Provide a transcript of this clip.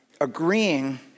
Agreeing